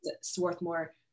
Swarthmore